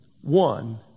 one